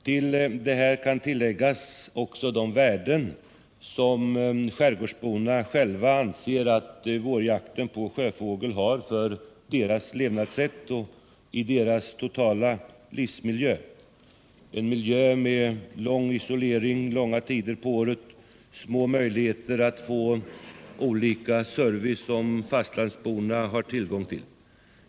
Till detta kan läggas de värden som skärgårdsborna själva anser att vårjakt på sjöfågel har för deras levnadssätt och i deras totala livsmiljö, en miljö med isolering långa tider på året och små möjligheter att få den service som fastlandsborna har tillgång till.